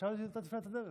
חשבתי שזו תפילת הדרך.